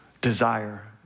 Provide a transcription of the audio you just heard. Desire